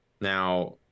now